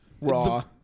raw